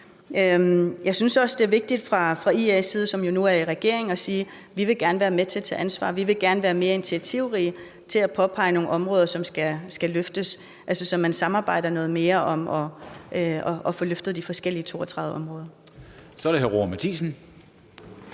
Jeg synes også, det er vigtigt, at vi fra IA's side – nu, hvor vi er i regering – siger, at vi gerne vil være med til at tage ansvar, at vi gerne vil være mere initiativrige med hensyn til at påpege nogle områder, som skal løftes, så man samarbejder noget mere om at få løftet de forskellige 32 områder. Kl. 20:18 Første